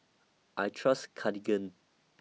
I Trust Cartigain